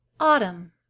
Autumn